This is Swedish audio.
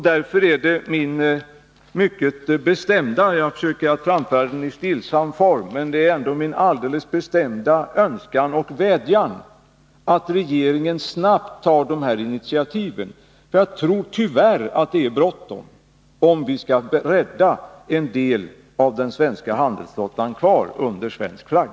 Därför är det min alldeles bestämda önskan och vädjan — som jag försöker framföra i stillsamma former — att regeringen snabbt tar de här initiativen. Jag tror, tyvärr, att det är bråttom, om vi skall rädda en del av den svenska handelsflottan kvar under svensk flagg.